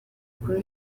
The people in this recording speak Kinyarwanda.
kuri